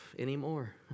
Anymore